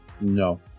No